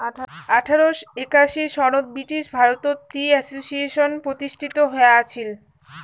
আঠারোশ একাশি সনত ব্রিটিশ ভারতত টি অ্যাসোসিয়েশন প্রতিষ্ঠিত হয়া আছিল